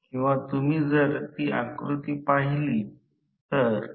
तर ट्रान्सफॉर्मर सारखे बनवूया आता पुढे सर्किट मॉडेल चा विकास